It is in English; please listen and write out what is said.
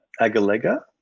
Agalega